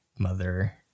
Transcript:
mother